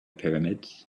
pyramids